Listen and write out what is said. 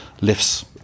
lifts